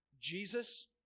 Jesus